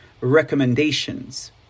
recommendations